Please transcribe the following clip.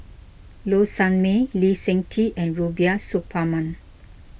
Low Sanmay Lee Seng Tee and Rubiah Suparman